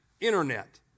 Internet